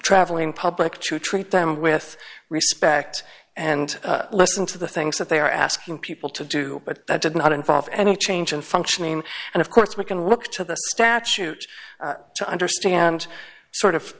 traveling public to treat them with respect and listen to the things that they are asking people to do but that did not involve any change in functioning and of course we can look to the statute to understand sort of